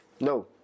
no